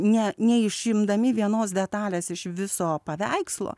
ne neišimdami vienos detalės iš viso paveikslo